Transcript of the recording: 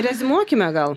reziumuokime gal